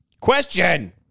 Question